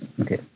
Okay